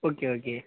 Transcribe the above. okay okay